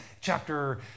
chapter